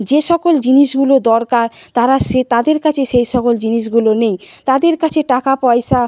যে সকল জিনিসগুলো দরকার তারা সে তাদের কাছে সেই সকল জিনিসগুলো নেই তাদের কাছে টাকা পয়সা